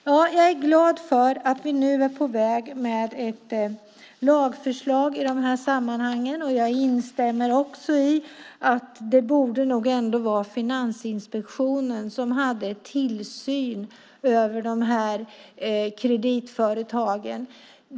Jag är glad för att vi nu får ett lagförslag i denna fråga, och jag instämmer i att Finansinspektionen borde ha tillsynen över dessa kreditföretag.